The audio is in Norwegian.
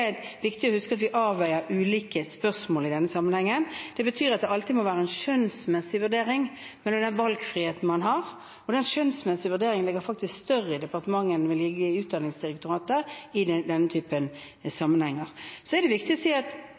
viktig å huske at vi avveier ulike spørsmål i denne sammenhengen. Det betyr at det alltid må være en skjønnsmessig vurdering når det gjelder valgfriheten man har, og den skjønnsmessige vurderingen ligger faktisk i større grad til departementet enn den vil ligge til Utdanningsdirektoratet i denne typen sammenhenger. Så er det viktig for meg å si at